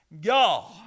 God